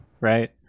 Right